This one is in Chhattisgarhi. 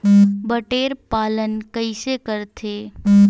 बटेर पालन कइसे करथे?